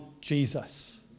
Jesus